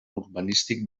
urbanístic